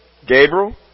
Gabriel